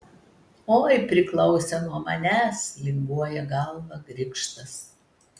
oi priklausė nuo manęs linguoja galvą grikštas